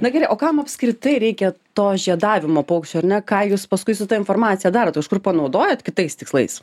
na gerai o kam apskritai reikia to žiedavimo paukščių ar ne ką jūs paskui su ta informacija darot kažkur panaudojat kitais tikslais